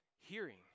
Hearing